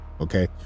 Okay